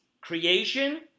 creation